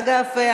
אגב,